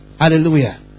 Hallelujah